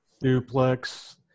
duplex